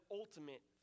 ultimate